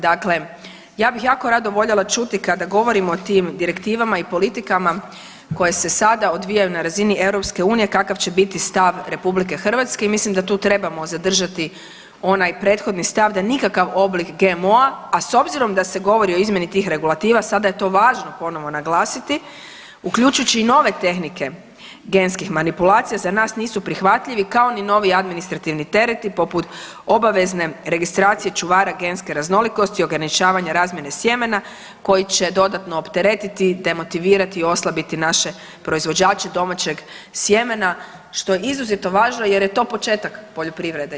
Dakle, ja bih jako rado voljela čuti kada govorimo o tim direktivama i politikama koje se sada odvijaju na razini EU kakav će biti stav Republike Hrvatske i mislim da tu trebamo zadržati onaj prethodni stav da nikakav oblik GMO-a, a s obzirom da se govori o izmjeni tih regulativa sada je to važno ponovno naglasiti uključujući i nove tehnike genskih manipulacija za nas nisu prihvatljivi kao ni novi administrativni tereti poput obavezne registracije čuvara genske raznolikosti, ograničavanja razmjene sjemena koji će dodatno opteretiti, demotivirati, oslabiti naše proizvođače domaćeg sjemena što je izuzetno važno jer je to početak poljoprivrede.